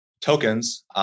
tokens